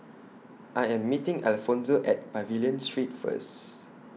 I Am meeting Alfonzo At Pavilion Street First